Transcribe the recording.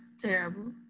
terrible